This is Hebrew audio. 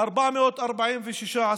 446 עסקים,